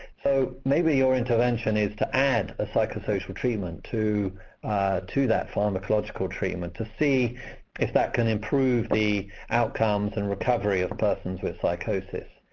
so maybe your intervention is to add a psychosocial treatment to to that pharmacological treatment to see if that can improve the outcomes and recovery of persons with psychosis.